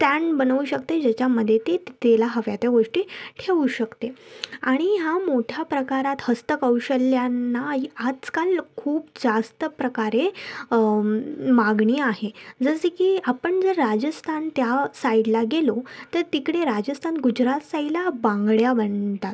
stand बनवू शकते ज्याच्यामध्ये ती तिला हव्या त्या गोष्टी ठेऊ शकते आणि हा मोठा प्रकारात हस्तकौशल्यांना आजकाल खूप जास्त प्रकारे मागणी आहे जसं की आपण जर राजस्थान त्या साईडला गेलो तर तिकडे राजस्थान गुजरात साईला बांगड्या बनतात